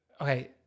Okay